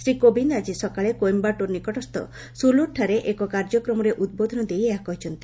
ଶ୍ରୀ କୋବିନ୍ଦ୍ ଆଜି ସକାଳେ କୋଏମ୍ଘାଟୁର୍ ନିକଟସ୍ଥ ସ୍କୁଲ୍ର୍ଠାରେ ଏକ କାର୍ଯ୍ୟକ୍ରମରେ ଉଦ୍ବୋଧନ ଦେଇ ଏହା କହିଛନ୍ତି